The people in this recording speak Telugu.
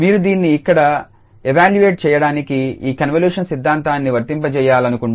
మీరు దీన్ని ఇక్కడ ఎవాల్యుయేట్ చేయడానికి ఈ కన్వల్యూషన్ సిద్ధాంతాన్ని వర్తింపజేయాలనుకుంటే s𝑠212